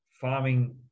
farming